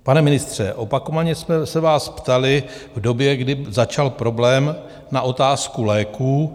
Pane ministře, opakovaně jsme se vás ptali v době, kdy začal problém, na otázku léků.